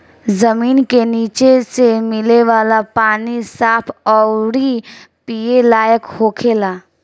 जमीन के निचे से मिले वाला पानी साफ अउरी पिए लायक होखेला